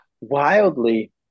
wildly